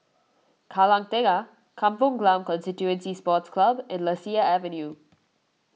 Kallang Tengah Kampong Glam Constituency Sports Club and Lasia Avenue